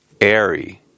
airy